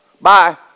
Bye